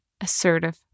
assertive